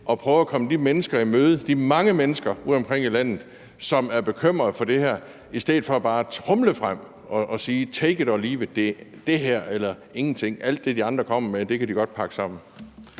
at prøve at komme de mennesker i møde, de mange mennesker ude omkring i landet, som er bekymrede for det her, i stedet for bare at tromle frem og sige: Take it or leave it, det er det her eller ingenting, og at alt det, de andre kommer med, kan de godt pakke sammen?